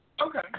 Okay